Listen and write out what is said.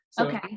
Okay